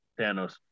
Thanos